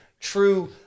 true